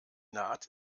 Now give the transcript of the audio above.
naht